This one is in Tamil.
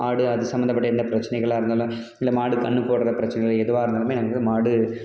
ஆடு அது சம்மந்தப்பட்ட எந்த பிரச்சினைகளா இருந்தாலும் இல்லை மாடு கன்று போடுற பிரச்சினைகள் எதுவாக இருந்தாலும் நமக்கு மாடு